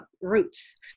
roots